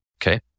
Okay